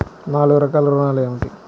నాలుగు రకాల ఋణాలు ఏమిటీ?